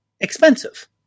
expensive